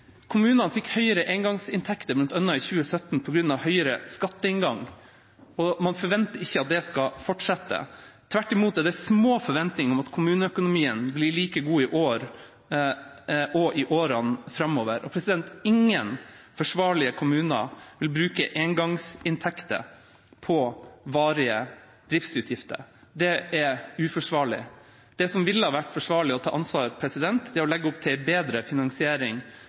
Kommunene fikk høyere engangsinntekter bl.a. i 2017 på grunn av høyere skatteinngang, og man forventer ikke at det skal fortsette. Tvert imot, det er små forventninger om at kommuneøkonomien blir like god i år, og i årene framover. Ingen ansvarlige kommuner vil bruke engangsinntekter på varige driftsutgifter, det er uforsvarlig. Det som ville vært forsvarlig og å ta ansvar, er å legge opp til bedre finansiering